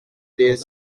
des